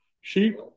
sheep